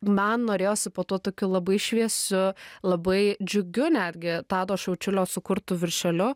man norėjosi po tuo tokiu labai šviesiu labai džiugiu netgi tado šiaučiulio sukurtu viršeliu